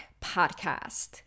Podcast